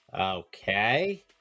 Okay